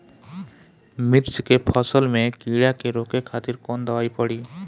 मिर्च के फसल में कीड़ा के रोके खातिर कौन दवाई पड़ी?